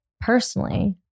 Personally